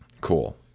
Cool